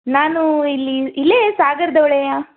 ನಾನು ಇಲ್ಲಿ ಇಲ್ಲೇ ಸಾಗರದವ್ಳೇ